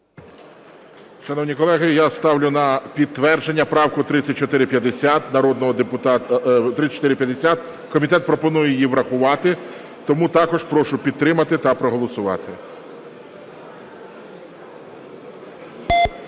Шановні колеги, я ставлю на підтвердження правку 3450 народного депутата... 3450. Комітет пропонує її врахувати. Тому також прошу підтримати та проголосувати. 12:46:53